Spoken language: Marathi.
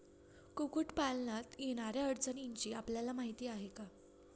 कुक्कुटपालनात येणाऱ्या अडचणींची आपल्याला माहिती आहे का?